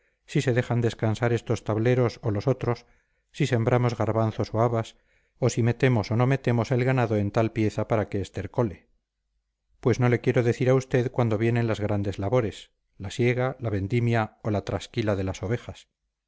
si se dejan descansar estos tableros o los otros si sembramos garbanzos o habas o si metemos o no metemos el ganado en tal pieza para que estercole pues no le quiero decir a usted cuando vienen las grandes labores la siega la vendimia o la trasquila de las ovejas